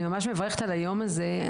אני ממש מברכת על היום הזה.